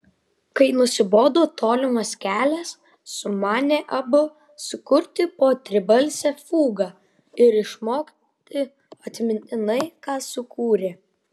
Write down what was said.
kai nusibodo tolimas kelias sumanė abu sukurti po tribalsę fugą ir išmokti atmintinai ką sukūrė